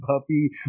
puffy